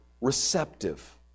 receptive